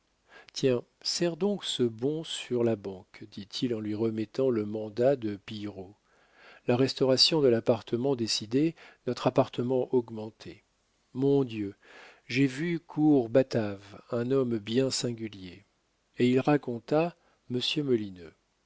tiens serre donc ce bon sur la banque dit-il en lui remettant le mandat de pillerault la restauration de l'appartement décidée notre appartement augmenté mon dieu j'ai vu cour batave un homme bien singulier et il raconta